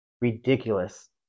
ridiculous